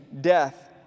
death